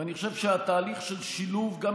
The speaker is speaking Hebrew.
ואני חושב שהתהליך של שילוב בצבא,